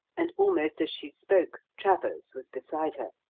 and, almost as she spoke, travers was beside her,